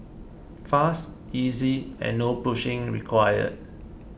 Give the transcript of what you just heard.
fast easy and no pushing required